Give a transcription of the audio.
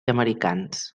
americans